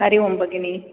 हरि ओं भगिनि